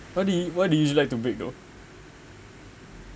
what do y~ what do you usually like to bake though